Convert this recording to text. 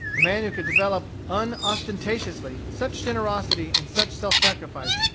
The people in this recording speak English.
a man who could develop, unostentatiously, such generosity and such self-sacrifice,